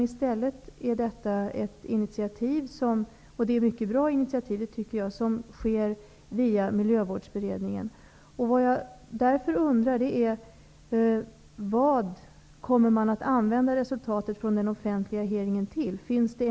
I stället är detta ett initiativ -- och ett mycket bra sådant -- som sker via Miljövårdsberedningen. Jag undrar därför: Till vad kommer resultatet från den offentliga hearingen att användas?